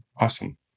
awesome